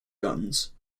guns